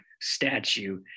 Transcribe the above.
statue